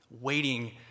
waiting